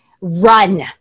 Run